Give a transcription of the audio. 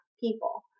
people